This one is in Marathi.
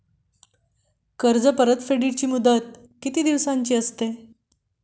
कर्ज परतफेडीची मुदत किती दिवसांची असते?